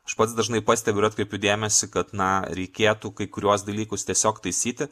aš pats dažnai pastebiu ir atkreipiu dėmesį kad na reikėtų kai kuriuos dalykus tiesiog taisyti